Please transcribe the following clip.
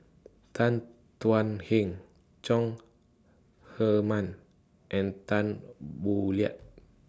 Tan Thuan Heng Chong Heman and Tan Boo Liat